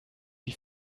wie